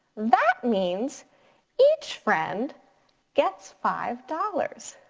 that means each friend gets five dollars.